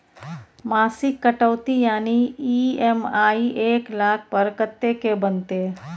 मासिक कटौती यानी ई.एम.आई एक लाख पर कत्ते के बनते?